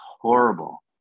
horrible